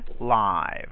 live